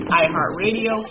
iHeartRadio